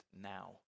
now